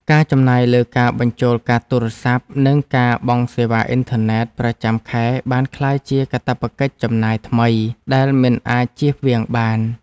ការចំណាយលើការបញ្ចូលកាតទូរស័ព្ទ និងការបង់សេវាអ៊ីនធឺណិតប្រចាំខែបានក្លាយជាកាតព្វកិច្ចចំណាយថ្មីដែលមិនអាចជៀសវាងបាន។